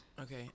Okay